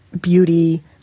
beauty